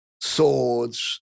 swords